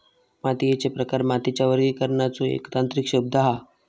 मातीयेचे प्रकार मातीच्या वर्गीकरणाचो एक तांत्रिक शब्द हा